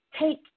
take